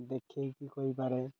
ଦେଖାଇକି କହିପାରେ